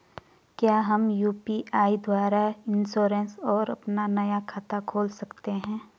क्या हम यु.पी.आई द्वारा इन्श्योरेंस और अपना नया खाता खोल सकते हैं?